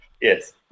Yes